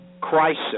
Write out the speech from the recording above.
crisis